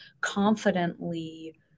confidently